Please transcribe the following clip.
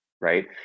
right